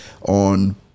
on